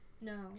No